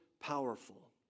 powerful